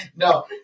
No